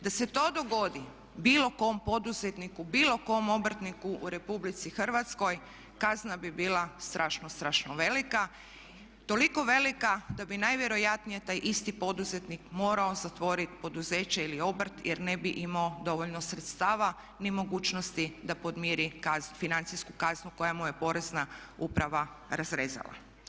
Da se to dogodi bilo kom poduzetniku, bilo kom obrtniku u Republici Hrvatskoj kazna bi bila strašno, strašno velika, toliko velika da bi najvjerojatnije taj isti poduzetnik morao zatvoriti poduzeće ili obrt jer ne bi imao dovoljno sredstava ni mogućnosti da podmiri financijsku kaznu koja mu je Porezna uprava razrezala.